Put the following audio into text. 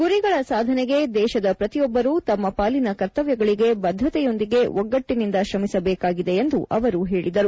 ಗುರಿಗಳ ಸಾಧನೆಗೆ ದೇಶದ ಪ್ರತಿಯೊಬ್ಬರೂ ತಮ್ಮ ಪಾಲಿನ ಕರ್ತವ್ಲಗಳಿಗೆ ಬದ್ದತೆಯೊಂದಿಗೆ ಒಗ್ಗಟ್ಟಿನಿಂದ ಶ್ರಮಿಸಬೇಕಾಗಿದೆ ಎಂದು ಅವರು ಹೇಳಿದರು